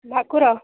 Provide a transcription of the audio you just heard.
ଭାକୁର